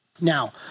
Now